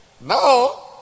No